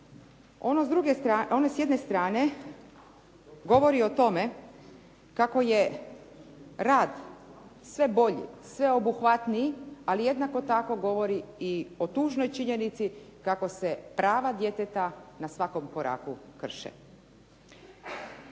S one jedne strane govori o tome kako je rad sve bolji, sve obuhvatniji, ali jednako tako govori i o tužnoj činjenici kako se prava djeteta na svakom koraku krše.